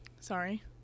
Sorry